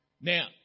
Now